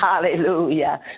hallelujah